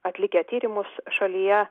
atlikę tyrimus šalyje